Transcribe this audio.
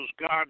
God